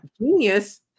genius